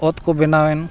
ᱚᱛ ᱠᱚ ᱵᱮᱱᱟᱣ ᱮᱱ